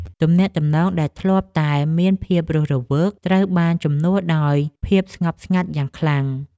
ទំនាក់ទំនងដែលធ្លាប់តែមានភាពរស់រវើកត្រូវបានជំនួសដោយភាពស្ងប់ស្ងាត់យ៉ាងខ្លាំង។